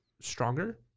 Stronger